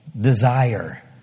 Desire